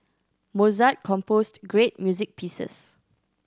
Mozart composed great music pieces